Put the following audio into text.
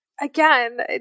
again